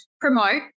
promote